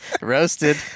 roasted